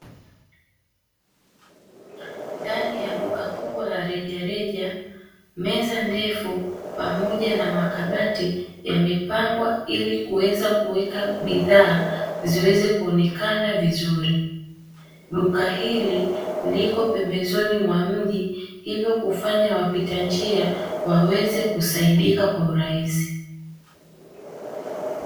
Ndani ya duka kubwa la rejareja; meza ndefu pamoja na makabati yamepangwa ili kuweza kuweka bidhaa ziweze kuonekana vizuri. Duka hili liko pembezoni mwa mji hivyo kufanya wapita njia waweze kusaidika kwa urahisi.